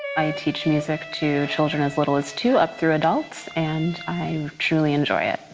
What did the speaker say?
i teach music to children as little as two, up through adults and i truly enjoy it.